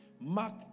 Mark